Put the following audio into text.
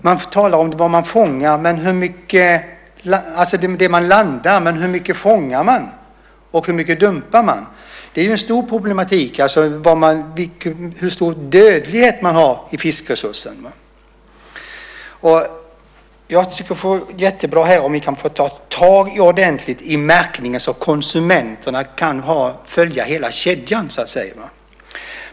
Man talar om det man landar, men hur mycket fångar man och hur mycket dumpar man? Det är en stor problematik. Hur stor dödlighet är det när det gäller fiskresursen? Jag tycker att det vore jättebra om vi kunde ta tag i märkningen ordentligt så att konsumenterna kan följa hela kedjan.